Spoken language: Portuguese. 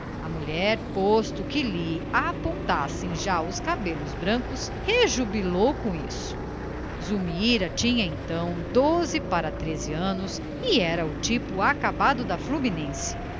a mulher posto que lhe apontassem já os cabelos brancos rejubilou com isso zulmira tinha então doze para treze anos e era o tipo acabado da fluminense